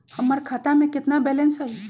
हमर खाता में केतना बैलेंस हई?